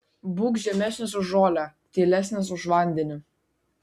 būk žemesnis už žolę tylesnis už vandenį